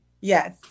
Yes